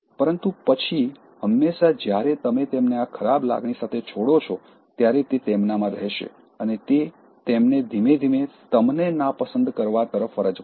પરંતુ પછી હંમેશાં જ્યારે તમે તેમને આ ખરાબ લાગણી સાથે છોડો છો ત્યારે તે તેમનામાં રહેશે અને તે તેમને ધીમે ધીમે તમને નાપસંદ કરવા તરફ ફરજ પાડશે